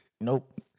nope